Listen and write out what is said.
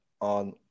on